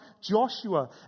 Joshua